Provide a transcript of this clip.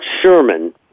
Sherman